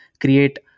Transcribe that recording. create